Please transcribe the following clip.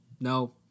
no